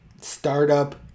startup